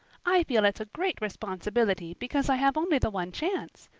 i feel it's a great responsibility because i have only the one chance.